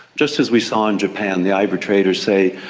just as we saw in japan, the ivory traders say,